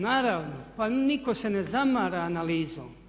Naravno pa nitko se ne zamara analizom.